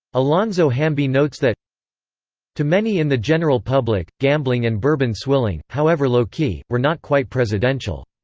alonzo hamby notes that to many in the general public, gambling and bourbon swilling, however low-key, were not quite presidential.